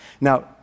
Now